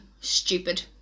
stupid